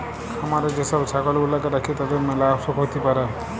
খামারে যে সব ছাগল গুলাকে রাখে তাদের ম্যালা অসুখ হ্যতে পারে